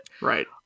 Right